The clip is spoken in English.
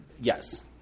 Yes